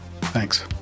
thanks